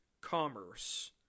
Commerce